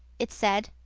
it said.